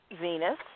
Venus